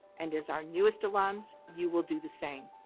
and as our newest alums, you will do the same.